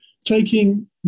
taking